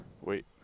Wait